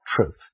truth